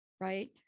right